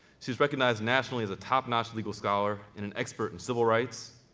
she's recognized nationally as a top-notch legal scholar, and an expert in civil rights,